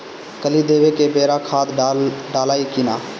कली देवे के बेरा खाद डालाई कि न?